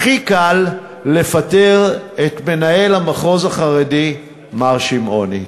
הכי קל לפטר את מנהל המחוז החרדי מר שמעוני.